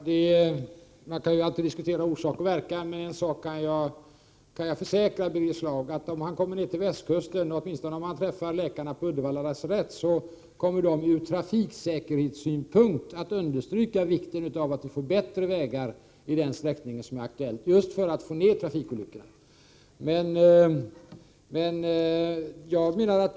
Herr talman! Man kan alltid diskutera orsak och verkan, men jag kan försäkra Birger Schlaug, att om han kommer ner till västkusten och träffar läkarna vid Uddevalla lasarett, kommer de att ur trafiksäkerhetssynpunkt understryka vikten av att få bättre vägar på den sträckning som är aktuell just för att få ner trafikolyckorna.